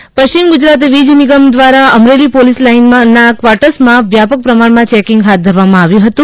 police વીજ ચોરી પશ્ચિમ ગુજરાત વીજ નિગમ દ્વારા અમરેલી પોલીસ લાઇનના કવાર્ટરમા વ્યાપક પ્રમાણમા ચેકીંગ હાથ ધરવામા આવ્યું હતુ